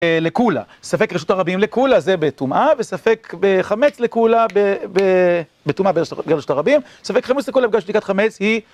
לקולה, ספק רשות הרבים לקולה זה בטומאה, וספק חמץ לקולה בטומאה בגלל רשות הרבים, ספק חמץ לקולה בגלל שבדיקת חמץ היא